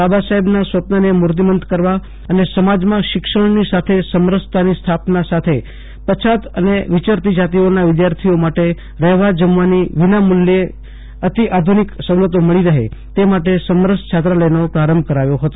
બાબાસાહેબના સ્વપ્નને મૂર્તિમંત કરવા અને સમાજમાં શિક્ષણની સાથે સમરસતાની સ્થાપના સાથે પછાત અને વિયરતી જાતિઓનાં વિદ્યાર્થીઓ માટે રહેવા જમવાની વિનામુલ્યે અતિ આધુનિક સવલતો મળી રહે તે માટે સમરસ છાત્રાલયનો પ્રારંભ કરાવ્યો હતો